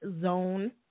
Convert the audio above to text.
zone